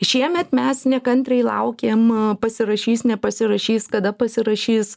šiemet mes nekantriai laukėm pasirašys nepasirašys kada pasirašys